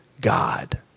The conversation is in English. God